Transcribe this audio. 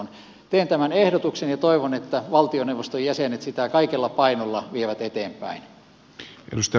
teen tämä ehdotuksen ja toivon että valtioneuvoston jäsenet sitä kaikella painolla vievät eteenpäin